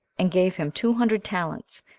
and gave him two hundred talents,